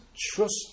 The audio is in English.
trust